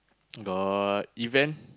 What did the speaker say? got event